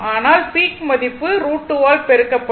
ஆனால் பீக் மதிப்பு √2 ஆல் பெருக்கப்படும்